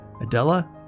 Adela